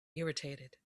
irritated